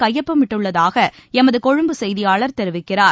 கையொப்பமிட்டுள்ளதாகளமதுகொழும்பு செய்தியாளர் தெரிவிக்கிறார்